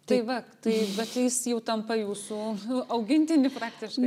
tai va tai bet jis jau tampa jūsų augintiniu praktiškai